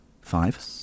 Five